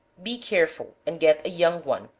be careful and get a young one,